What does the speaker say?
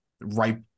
right